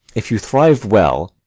if you thrive well,